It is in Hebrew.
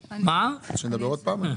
אתה רוצה שאני אדבר עוד פעם?